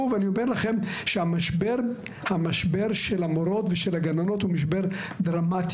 ואני אומר לכם שהמשבר של המורות ושל הגננות הוא משבר דרמטי.